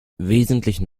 wesentlichen